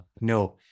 No